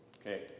Okay